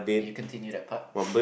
you continue that part